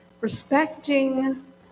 respecting